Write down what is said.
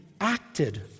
acted